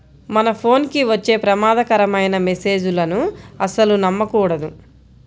మన ఫోన్ కి వచ్చే ప్రమాదకరమైన మెస్సేజులను అస్సలు నమ్మకూడదు